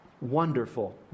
wonderful